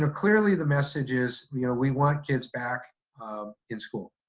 and clearly the message is you know we want kids back um in school.